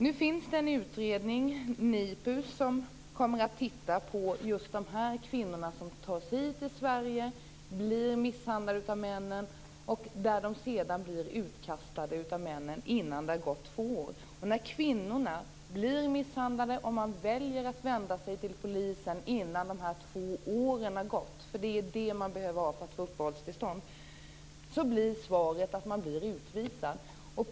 Nu finns det en utredning, NIPU, som kommer att titta på just de kvinnor som tas hit till Sverige och blir misshandlade av männen och som sedan blir utkastade av männen innan det har gått två år. När kvinnorna blir misshandlade och väljer att vända sig till polisen innan de två åren har gått - det är det som måste ha gått för att man skall få uppehållstillstånd - blir svaret utvisning.